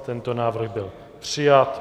Tento návrh byl přijat.